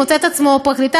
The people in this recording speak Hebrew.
פרקליטה,